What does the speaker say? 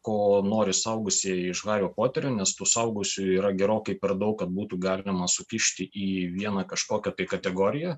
ko nori suaugusieji iš hario poterio nes tų suaugusiųjų yra gerokai per daug kad būtų galima sukišti į vieną kažkokią kategoriją